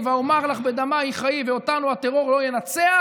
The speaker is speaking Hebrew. כי "ואמר לך בדמיך חיי" ואותנו הטרור לא ינצח,